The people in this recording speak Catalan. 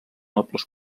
nobles